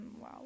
Wow